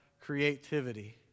creativity